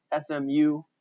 SMU